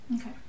okay